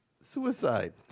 suicide